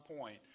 point